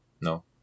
No